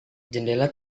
jendela